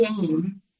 Game